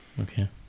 Okay